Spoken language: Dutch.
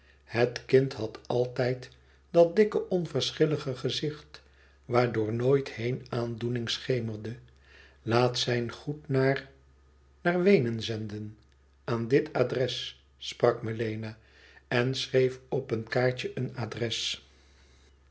het kind had altijd dat dikke onverschillige gezicht waardoor nooit heen aandoening schemerde laat zijn goed naar naar weenen zenden aan dit adres sprak melena en schreef op een kaartje een adres